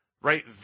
right